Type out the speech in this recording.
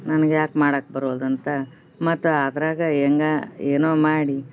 ನನಗೆ ಯಾಕೆ ಮಾಡಕ್ಕ ಬರುವಲ್ದು ಅಂತ ಮತ್ತ ಅದರಾಗ ಹೆಂಗಾ ಏನೋ ಮಾಡಿ